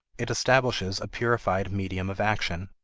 it establishes a purified medium of action.